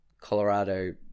Colorado